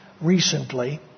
recently